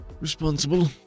responsible